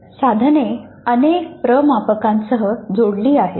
साधने अनेक प्रमापकांसह जोडली आहेत